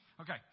Okay